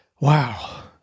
wow